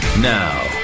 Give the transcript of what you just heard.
Now